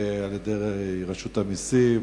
על-ידי רשות המסים.